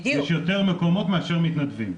יש יותר מקומות מאשר מתנדבים.